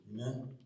Amen